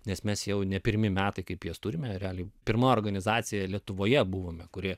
nes mes jau ne pirmi metai kaip jas turime realiai pirma organizacija lietuvoje buvome kuri